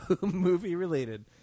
movie-related